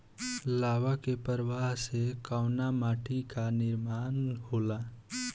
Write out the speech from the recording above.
लावा क प्रवाह से कउना माटी क निर्माण होला?